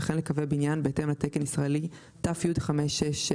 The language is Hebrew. וכן לקווי בניין בהתאם לתקן ישראלי ת"י 5664,